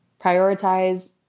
prioritize